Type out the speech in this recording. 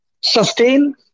sustain